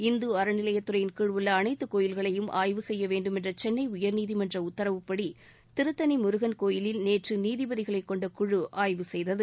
இந்து அறநிலையத்துறையின் கீழ் உள்ள அளைத்து கோயில்களையும் ஆய்வு செய்ய வேண்டுமென்ற சென்னை உயர்நீதிமன்ற உத்தரவுப்படி திருத்தணி முருகன் கோயிலில் நேற்று நீதிபதிகளைக் கொண்ட குழு ஆய்வு செய்தது